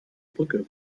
brücke